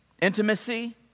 intimacy